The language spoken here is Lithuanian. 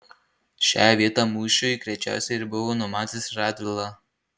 šią vietą mūšiui greičiausiai ir buvo numatęs radvila